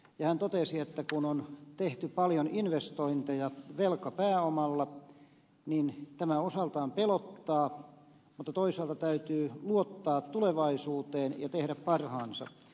hän totesi että kun on tehty paljon investointeja velkapääomalla niin tämä osaltaan pelottaa mutta toisaalta täytyy luottaa tulevaisuuteen ja tehdä parhaansa